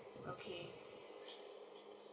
okay